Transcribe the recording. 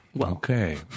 Okay